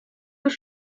już